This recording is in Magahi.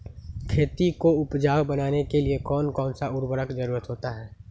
खेती को उपजाऊ बनाने के लिए कौन कौन सा उर्वरक जरुरत होता हैं?